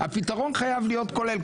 הפתרון חייב להיות כולל,